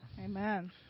Amen